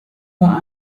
war